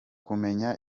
kumenya